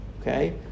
Okay